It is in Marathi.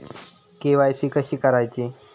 के.वाय.सी कशी करायची?